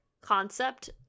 concept